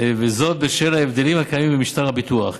וזאת בשל ההבדלים הקיימים במשטר הביטוח,